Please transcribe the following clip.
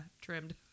trimmed